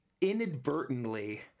inadvertently